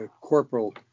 corporal